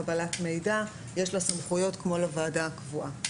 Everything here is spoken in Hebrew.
קבלת מידע לוועדת המשנה יש סמכויות כמו לוועדה הקבועה.